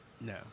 No